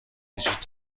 وجود